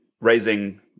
raising